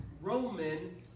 Roman